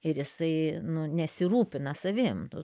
ir jisai nu nesirūpina savim